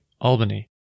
Albany